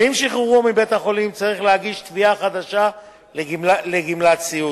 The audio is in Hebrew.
ועם שחרורו מבית-החולים צריך להגיש תביעה חדשה לגמלת סיעוד.